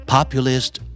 Populist